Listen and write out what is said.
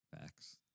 Facts